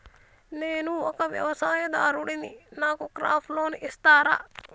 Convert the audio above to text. నేను ఒక వ్యవసాయదారుడిని నాకు క్రాప్ లోన్ ఇస్తారా?